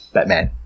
Batman